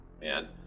Man